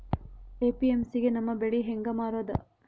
APMC ಗೆ ನಮ್ಮ ಬೆಳಿ ಹೆಂಗ ಮಾರೊದ?